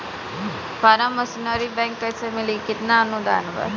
Form machinery बैक कैसे मिली कितना अनुदान बा?